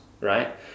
right